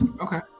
okay